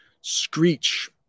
Screech